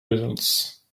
results